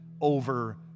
over